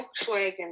Volkswagen